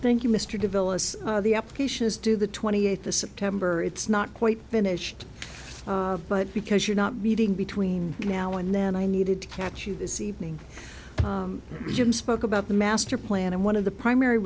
you mr develops the applications do the twenty eighth the september it's not quite finished but because you're not reading between now and then i needed to catch you this evening jim spoke about the master plan and one of the primary